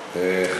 מאושר.